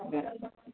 હં